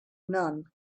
none